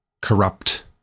corrupt